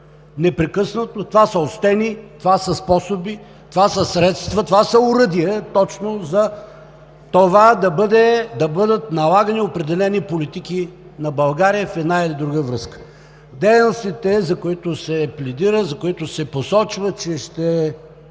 Непрекъснато! Това са остени, това са способи, това са средства, това са оръдия точно за това да бъдат налагани определени политики на България в една или друга връзка. Дейностите, за които се пледира, за които се посочва, че ще